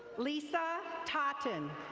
lisa totten.